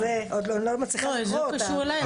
אבל זה לא קשור אליי.